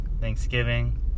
Thanksgiving